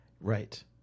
Right